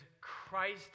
Christ